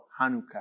Hanukkah